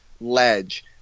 ledge